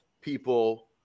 people